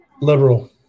Liberal